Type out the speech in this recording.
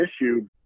issue